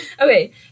Okay